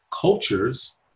cultures